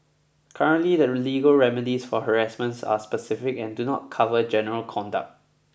currently the legal remedies for harassment are specific and do not cover general conduct